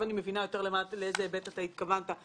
לאיזה היבט התכוונת.